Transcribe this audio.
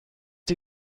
die